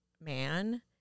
man